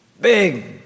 big